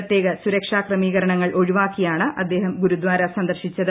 പ്രത്യേക സുരക്ഷാ ക്രമീകരണങ്ങളൊഴിവാക്കിയാണ് അദ്ദേഹം ഗുരുദ്വാര സന്ദർശിച്ചത്